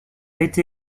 été